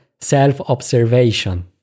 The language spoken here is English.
self-observation